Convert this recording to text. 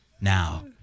Now